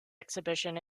exhibition